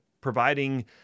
providing